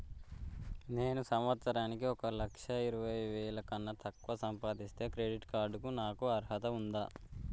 నేను సంవత్సరానికి ఒక లక్ష ఇరవై వేల కన్నా తక్కువ సంపాదిస్తే క్రెడిట్ కార్డ్ కు నాకు అర్హత ఉందా?